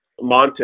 Monte